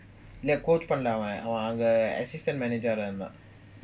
இல்ல:illa coach பண்ணலஅவன்அவன்அங்க:pannala avan avan anga assistant manager ah இருந்தான்:irunthan